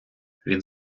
він